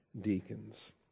deacons